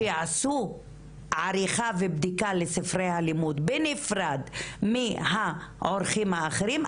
שיעשו עריכה ובדיקה לספרי הלימוד בנפרד מהעורכים האחרים,